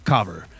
Cover